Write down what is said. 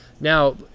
Now